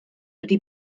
wedi